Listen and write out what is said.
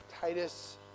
Titus